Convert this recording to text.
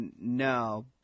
no